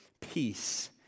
peace